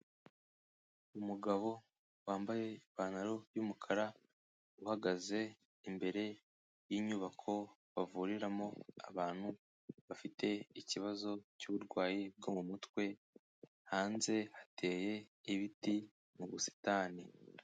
Umugabo wambaye ipantaro y'umukara, uhagaze imbere y'inyubako bavuriramo abantu bafite ikibazo cy'uburwayi bwo mu mutwe, hanze hateye ibiti mu busitani.